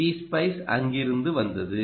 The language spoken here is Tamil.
பி ஸ்பைஸ் அங்கிருந்து வந்தது